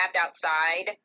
outside